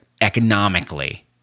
economically